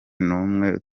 n’umwe